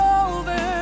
over